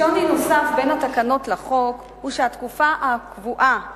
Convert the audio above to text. שוני נוסף בין התקנות לחוק הוא שהתקופה הקבועה